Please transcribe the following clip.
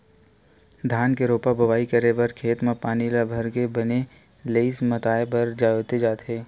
धान के रोपा बोवई करे बर खेत म पानी ल भरके बने लेइय मतवाए बर जोते जाथे